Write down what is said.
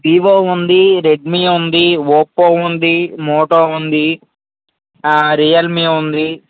Vivo ఉంది Redmi ఉంది Oppo ఉంది మోటో ఉంది రియల్మీ ఉంది